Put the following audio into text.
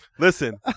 Listen